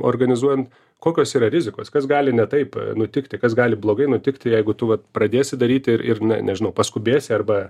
organizuojant kokios yra rizikos kas gali ne taip nutikti kas gali blogai nutikti jeigu tu vat pradėsi daryti ir ir na nežinau paskubėsi arba